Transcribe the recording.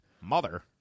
Mother